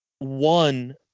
one